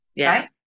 right